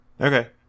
Okay